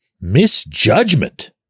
misjudgment